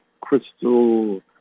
crystal